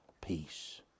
peace